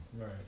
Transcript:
Right